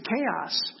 chaos